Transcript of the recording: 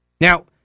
Now